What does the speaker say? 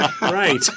Right